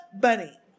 Bunny